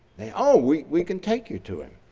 they oh, we can take you to him.